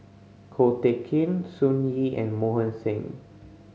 Ko Teck Kin Sun Yee and Mohan Singh